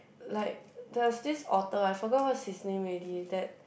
like there was this author I forgot what's his name already that